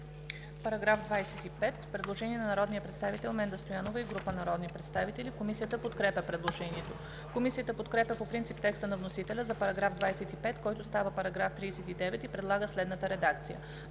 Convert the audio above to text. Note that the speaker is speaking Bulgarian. По § 25 има предложение на народния представител Менда Стоянова и група народни представители. Комисията подкрепя предложението. Комисията подкрепя по принцип текста на вносителя за § 25, който става § 39, и предлага следната редакция: